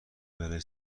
بلایی